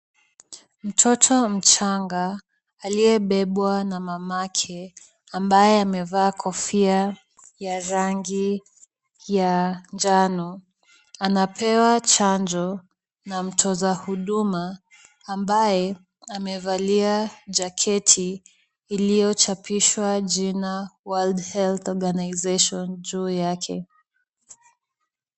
Mtoto mchanga aliyebebwa na mamake, ambaye amevaa kofia ya rangi ya njano, anapewa chanjo na mtoza huduma, ambaye amevalia jaketi iliyochapichwa jina world health organisation juu yake.